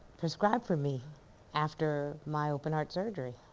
prescribed for me after my open heart surgery.